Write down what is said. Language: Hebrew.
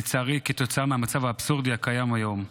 לצערי, כתוצאה מהמצב האבסורדי שקיים היום.